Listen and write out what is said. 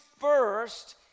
first